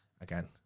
Again